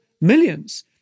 millions